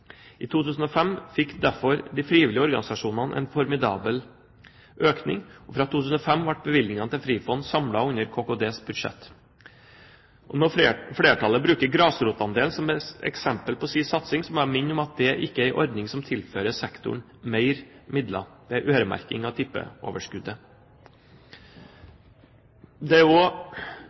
I 2005 fikk derfor de frivillige organisasjonene en formidabel økning. Fra 2005 ble bevilgningene til Frifond samlet under KKDs budsjett. Når flertallet bruker grasrotandelen som eksempel på sin satsing, må jeg minne om at det ikke er en ordning som tilfører sektoren mer midler, det er en øremerking av tippeoverskuddet. Det er